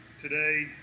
Today